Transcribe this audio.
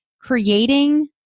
creating